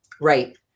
Right